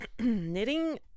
knitting